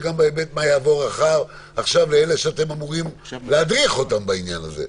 וגם בהיבט של מה יעבור עכשיו לאלה שאתם אמורים להדריך אותם בעניין הזה.